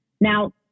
Now